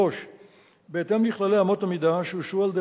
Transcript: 3. בהתאם לכללי אמות המידה שאושרו על-ידי